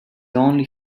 only